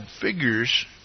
figures